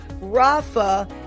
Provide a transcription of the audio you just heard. rafa